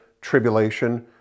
tribulation